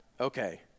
Okay